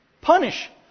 Punish